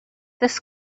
this